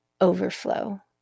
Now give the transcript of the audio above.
overflow